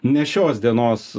ne šios dienos